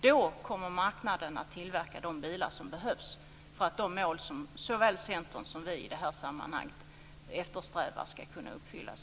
Då kommer marknaden att tillverka de bilar som behövs för att de mål som såväl Centern som vi i det här sammanhanget eftersträvar ska kunna uppfyllas.